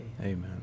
Amen